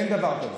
אין דבר כזה.